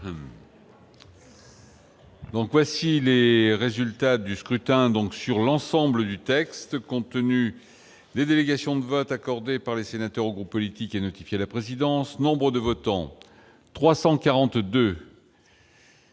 Donc, voici les résultats du scrutin, donc sur l'ensemble du texte, compte tenu des délégations de vote accordé par les sénateurs groupes politique et notifié la présidence Nombre de votants : 342.